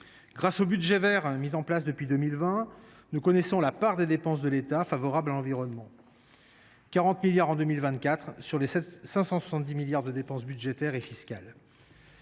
grâce au budget vert mis en place depuis 2020, nous connaissons la part des dépenses de l’État favorables à l’environnement : 40 milliards d’euros en 2024 sur les 570 milliards d’euros de dépenses budgétaires et fiscales.